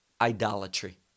idolatry